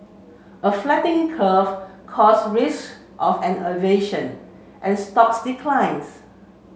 a flattening curve cause risk of an inversion and stock declines